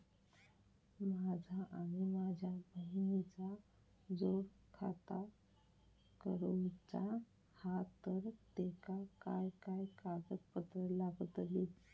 माझा आणि माझ्या बहिणीचा जोड खाता करूचा हा तर तेका काय काय कागदपत्र लागतली?